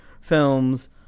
films